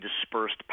dispersed